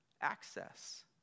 access